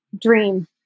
Dream